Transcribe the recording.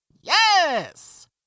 Yes